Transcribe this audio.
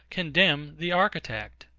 condemn the architect.